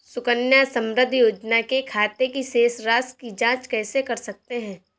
सुकन्या समृद्धि योजना के खाते की शेष राशि की जाँच कैसे कर सकते हैं?